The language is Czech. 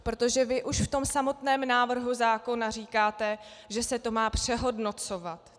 Protože vy už v samotném návrhu zákona říkáte, že se to má přehodnocovat.